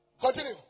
Continue